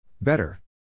Better